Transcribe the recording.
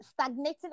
stagnating